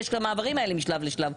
יש את המעברים האלה משלב לשלב,